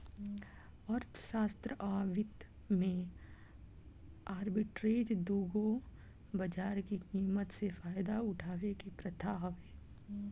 अर्थशास्त्र आ वित्त में आर्बिट्रेज दू गो बाजार के कीमत से फायदा उठावे के प्रथा हवे